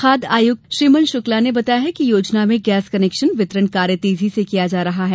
खाद्य आयुक्त श्रीमन शुक्ला ने बताया कि योजना में गैस कनेक्शन वितरण कार्य तेजी से किया जा रहा है